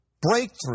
breakthrough